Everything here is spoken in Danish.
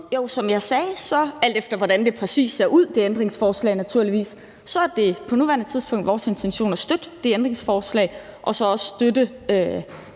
Som jeg sagde, er det – alt efter hvordan det ændringsforslag præcis ser ud – på nuværende tidspunkt vores intention at støtte det ændringsforslag og så også støtte